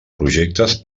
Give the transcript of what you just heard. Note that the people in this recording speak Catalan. projectes